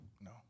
No